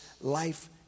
life